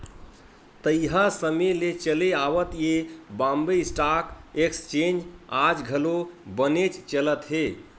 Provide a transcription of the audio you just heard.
तइहा समे ले चले आवत ये बॉम्बे स्टॉक एक्सचेंज आज घलो बनेच चलत हे